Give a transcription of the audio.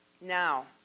Now